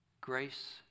Grace